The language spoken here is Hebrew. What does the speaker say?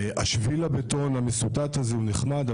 שביל הבטון המסותת הזה הוא נחמד,